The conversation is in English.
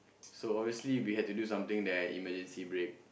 so obviously we had to do something then I emergency brake